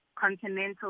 continental